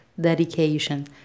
dedication